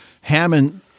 Hammond